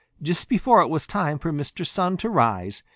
just before it was time for mr. sun to rise,